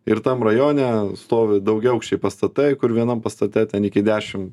ir tam rajone stovi daugiaaukščiai pastatai kur vienam pastate ten iki dešim